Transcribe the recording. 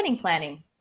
planning